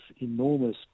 enormous